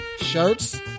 shirts